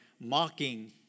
mocking